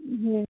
হুম